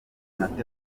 umuvugo